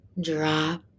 Drop